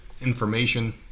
information